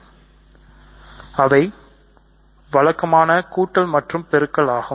எனவே அவை வழக்கமான கூட்டல் மற்றும் பெருக்கல் ஆகும்